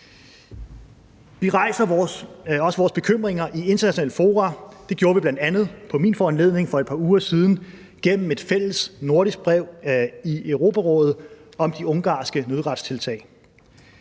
Vi rejser også vores bekymringer i internationale fora. Det gjorde vi bl.a. på min foranledning for et par uger siden gennem et fælles nordisk brev i Europarådet om de ungarske nødretstiltag.